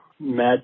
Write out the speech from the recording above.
Mad